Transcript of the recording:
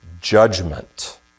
judgment